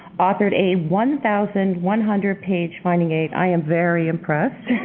authored a one thousand one hundred page finding aid i am very impressed